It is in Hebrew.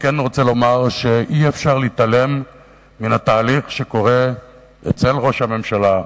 אי-אפשר להתעלם מהתהליך שקורה אצל ראש הממשלה,